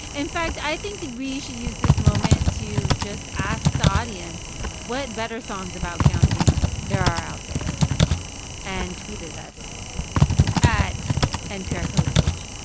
and fact, i think that we should use this moment to just ask the audience what better songs about counting there are out there and tweet at us at nprcodeswitch